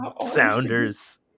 sounders